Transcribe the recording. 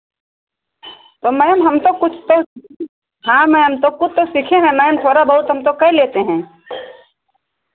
तो मैम हम तो कुछ तो हाँ मैम तो कुछ तो सीखें हैं मैम थोड़ा बहुत हम तो कर लेते हैं